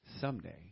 Someday